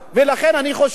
ולכן אני חושב,